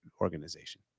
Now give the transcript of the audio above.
organization